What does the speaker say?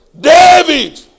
David